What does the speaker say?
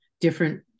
different